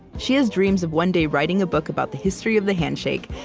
she has dreams of one day writing a book about the history of the handshake,